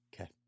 Okay